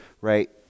right